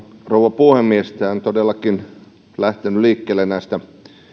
rouva puhemies tämä on todellakin lähtenyt liikkeelle näistä